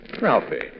Ralphie